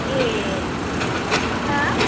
ए हो